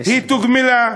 היא תוגמלה,